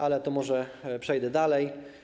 Ale może przejdę dalej.